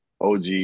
OG